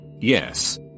Yes